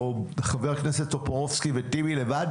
או חברי הכנסת טופורובסקי או טיבי לבד,